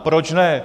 Proč ne?